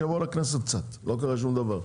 שיבואו קצת לכנסת, לא קרה שום דבר.